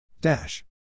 Dash